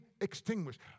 extinguished